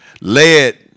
led